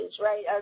right